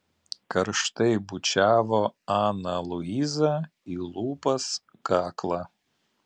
karštai bučiavo aną luizą į lūpas kaklą